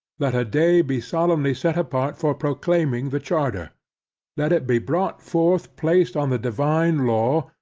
let a day be solemnly set apart for proclaiming the charter let it be brought forth placed on the divine law,